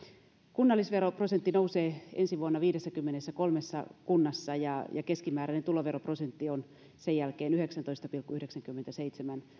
kunnallisveroprosentti nousee ensi vuonna viidessäkymmenessäkolmessa kunnassa ja keskimääräinen tuloveroprosentti on sen jälkeen yhdeksäntoista pilkku yhdeksänkymmentäseitsemän